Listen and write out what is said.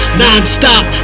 non-stop